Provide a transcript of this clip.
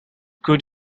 could